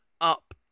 up